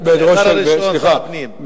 סליחה.